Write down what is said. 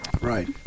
Right